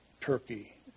Turkey